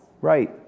Right